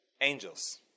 Angels